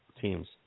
teams